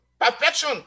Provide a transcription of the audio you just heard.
perfection